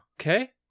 Okay